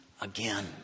again